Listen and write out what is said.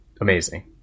amazing